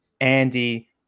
Andy